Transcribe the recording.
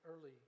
early